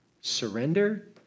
Surrender